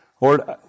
Lord